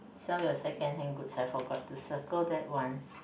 sell your secondhand good I forgot to circle that one